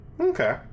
Okay